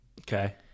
Okay